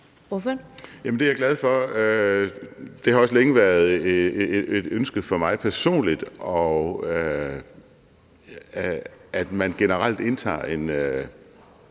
Det er jeg glad for. Det har også længe været et ønske for mig personligt, at man generelt indtager en